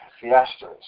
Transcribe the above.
fiestas